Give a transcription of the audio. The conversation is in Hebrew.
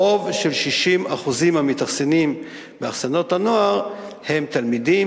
רוב של 60% מהמתאכסנים באכסניות הנוער הם תלמידים.